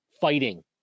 fighting